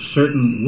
certain